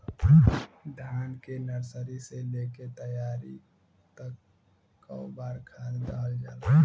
धान के नर्सरी से लेके तैयारी तक कौ बार खाद दहल जाला?